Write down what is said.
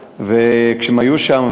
כשהם היו שם,